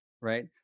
right